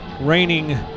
reigning